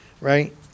right